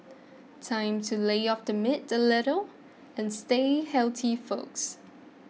time to lay off the meat a little and stay healthy folks